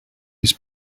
his